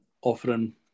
offering